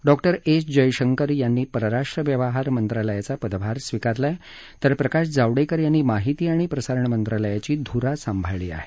doctor S Jaishankar यांनी परराष्ट्र व्यवहार मंत्रालयाचा पदभार स्वीकारला तर प्रकाश जावडेकर यांनी माहिती आणि प्रसारण मंत्रालयाची धूरा हाती घेतली आहे